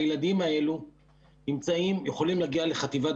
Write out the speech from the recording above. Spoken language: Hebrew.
הילדים האלה יכולים להגיע לחטיבת